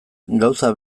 gauza